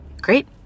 Great